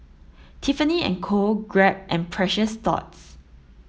Tiffany and Co Grab and Precious Thots